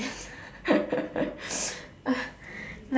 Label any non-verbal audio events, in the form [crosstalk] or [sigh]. [laughs]